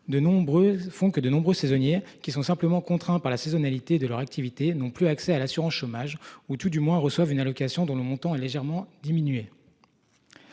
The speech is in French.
de nombreux saisonniers qui sont simplement contraint par la saisonnalité de leur activité n'ont plus accès à l'assurance chômage ou tout du moins, reçoivent une allocation dont le montant est légèrement diminué.